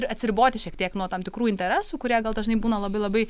ir atsiriboti šiek tiek nuo tam tikrų interesų kurie gal dažnai būna labai labai